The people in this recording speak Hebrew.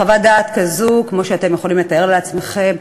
חוות דעת כזאת, כמו שאתם יכולים לתאר לעצמכם,